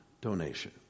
donation